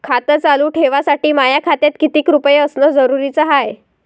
खातं चालू ठेवासाठी माया खात्यात कितीक रुपये असनं जरुरीच हाय?